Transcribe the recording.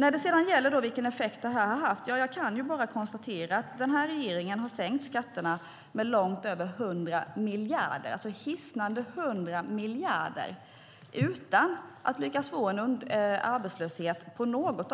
När det gäller vilken effekt skattesänkningarna har haft kan jag bara konstatera att den här regeringen har sänkt skatterna med långt över 100 miljarder, hisnande 100 miljarder, utan att lyckas nå en arbetslöshet på något